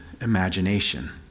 imagination